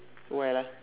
awhile ah